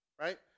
right